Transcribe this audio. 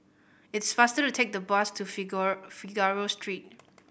it's faster to take the bus to Figaro Street